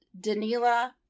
Danila